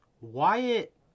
Wyatt